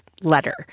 letter